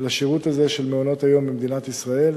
לשירות הזה של מעונות היום במדינת ישראל,